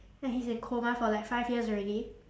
and he's in coma for like five years already